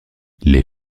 les